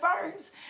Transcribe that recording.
first